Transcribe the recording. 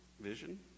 vision